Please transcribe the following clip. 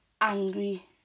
angry